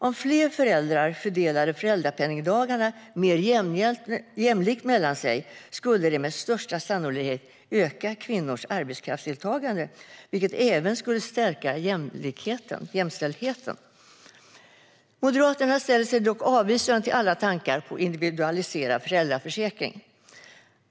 Om fler föräldrar fördelade föräldrapenningdagarna mer jämlikt mellan sig skulle det med största sannolikhet öka kvinnors arbetskraftsdeltagande, vilket även skulle stärka jämställdheten. Moderaterna ställer sig dock avvisande till alla tankar på en individualiserad föräldraförsäkring.